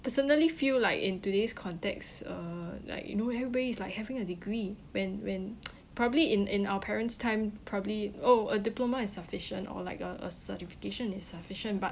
personally feel like in today's context uh like you know everybody is like having a degree when when probably in in our parents' time probably oh a diploma is sufficient or like a a certification is sufficient but